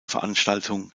veranstaltung